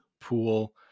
pool